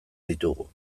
ditugu